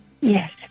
Yes